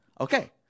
Okay